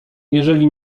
jeżeli